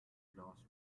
glass